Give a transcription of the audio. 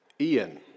Ian